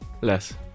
Less